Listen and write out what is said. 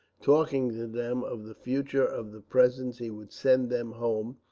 talking to them of the future, of the presents he would send them home,